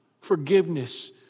forgiveness